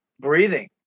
breathing